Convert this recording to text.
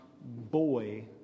boy